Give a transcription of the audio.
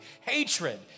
hatred